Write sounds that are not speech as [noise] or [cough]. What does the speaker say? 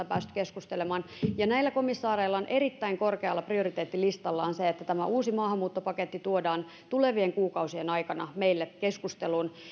[unintelligible] päässyt keskustelemaan ja näillä komissaareilla on erittäin korkealla prioriteettilistallaan se että tämä uusi maahanmuuttopaketti tuodaan tulevien kuukausien aikana meille keskusteluun